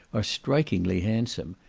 are strikingly handsome,